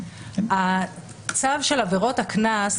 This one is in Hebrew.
הצו של עבירות הקנס,